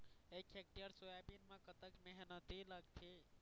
एक hectare soybean म कतक मेहनती लागथे?